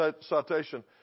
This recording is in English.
Citation